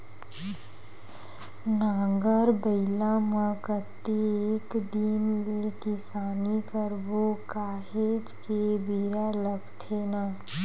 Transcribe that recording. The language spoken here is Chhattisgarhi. नांगर बइला म कतेक दिन ले किसानी करबो काहेच के बेरा लगथे न